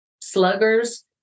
sluggers